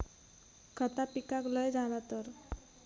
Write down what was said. खता पिकाक लय झाला तर?